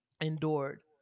endured